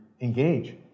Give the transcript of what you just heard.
engage